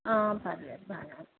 పర్లేదు బాగానే ఉన్నాను